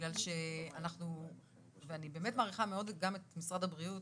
בגלל שאנחנו ואני באמת מעריכה מאוד גם את משרד הבריאות,